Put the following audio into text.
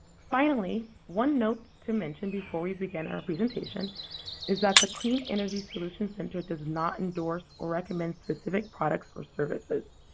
finally, one note to mention before we begin our presentation is that the clean energy solutions center does not endorse or recommend specific products or services.